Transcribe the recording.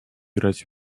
играть